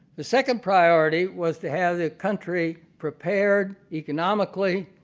the second priority was to have this country prepared economically,